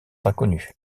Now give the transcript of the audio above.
inconnues